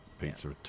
pizza